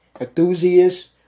Enthusiasts